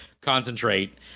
concentrate